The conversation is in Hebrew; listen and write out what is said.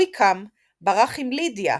ויקהם ברח עם לידיה,